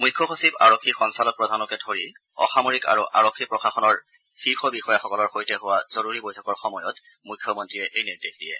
মুখ্য সচিব আৰক্ষী সঞ্চালকপ্ৰধানকে ধৰি অসামৰিক আৰু আৰক্ষী প্ৰশাসনৰ শীৰ্ষ বিষয়াসকলৰ সৈতে হোৱা জৰুৰী বৈঠকৰ সময়ত মুখ্যমন্ত্ৰীয়ে এই নিৰ্দেশ দিয়ে